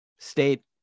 state